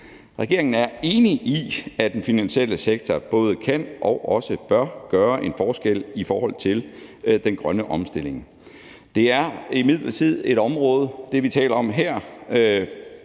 Regeringen er enig i, at den finansielle sektor både kan og også bør gøre en forskel i forhold til den grønne omstilling. Det, vi taler om her,